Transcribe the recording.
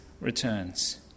returns